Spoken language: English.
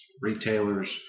retailers